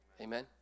Amen